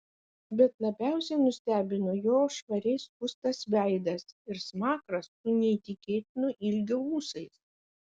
bet labiausiai nustebino jo švariai skustas veidas ir smakras su neįtikėtino ilgio ūsais